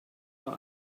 war